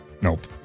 Nope